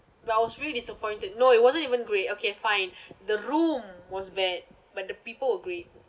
where I was really disappointed no it wasn't even great okay fine the room was bad but the people were great